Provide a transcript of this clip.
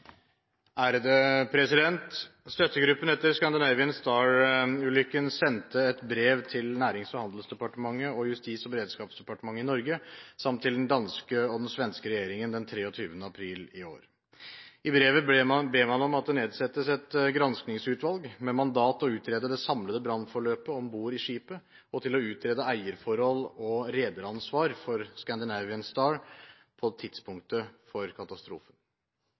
Nærings- og handelsdepartementet og Justis- og beredskapsdepartementet i Norge samt til den danske og svenske regjeringen 23. april i år. I brevet ber man om at det nedsettes et granskingsutvalg med mandat til å utrede hele brannforløpet om bord i skipet og til å utrede eierforhold og rederansvar for «Scandinavian Star» på tidspunktet for katastrofen.